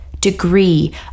degree